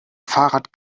fahrrad